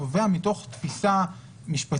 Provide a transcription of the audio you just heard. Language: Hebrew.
זה נובע מתוך תפיסה משפטית